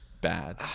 bad